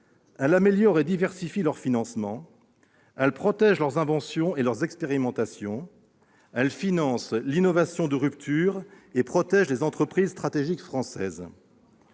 en améliorant et diversifiant leur financement ; elle protégera leurs inventions et expérimentations ; elle financera l'innovation de rupture et protégera les entreprises stratégiques françaises.